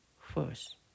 first